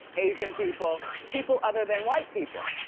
asian people, people other than white people.